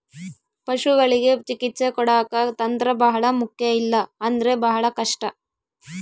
ಪಶುಗಳಿಗೆ ಚಿಕಿತ್ಸೆ ಕೊಡಾಕ ತಂತ್ರ ಬಹಳ ಮುಖ್ಯ ಇಲ್ಲ ಅಂದ್ರೆ ಬಹಳ ಕಷ್ಟ